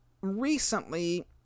recently